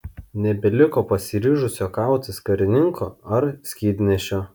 nebeliko pasiryžusio kautis karininko ar skydnešio